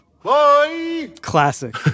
Classic